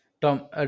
Tom